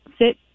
sit